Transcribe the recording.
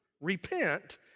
Repent